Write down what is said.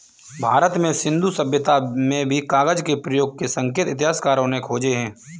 भारत में सिन्धु सभ्यता में भी कागज के प्रयोग के संकेत इतिहासकारों ने खोजे हैं